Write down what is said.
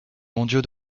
mondiaux